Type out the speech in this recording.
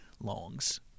Longs